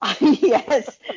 Yes